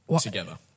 together